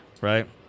right